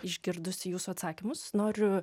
išgirdusi jūsų atsakymus noriu